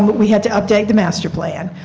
but we had to update the master plan.